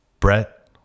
Brett